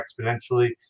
exponentially